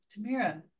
Tamira